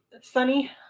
Sunny